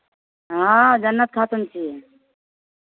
हँ जन्नत खातून छियै